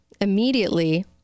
immediately